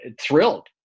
thrilled